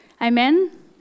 amen